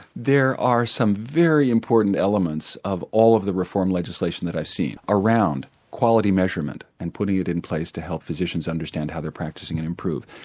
there are some very important elements of all of the reform legislation that i've seen around quality measurement and putting it in place to help physicians understand how they're practicing and improve.